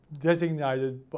designated